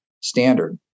standard